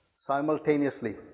simultaneously